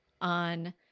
on